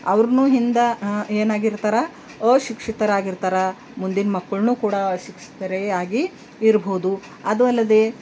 ಅವ್ರೂ ಹಿಂದೆ ಏನಾಗಿರ್ತಾರೆ ಅಶಿಕ್ಷಿತರಾಗಿರ್ತಾರೆ ಮುಂದಿನ ಮಕ್ಕಳನ್ನೂ ಕೂಡ ಅಶಿಕ್ಷಿತರೇ ಆಗಿ ಇರಬಹುದು ಅದು ಅಲ್ಲದೇ